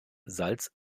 salz